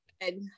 Good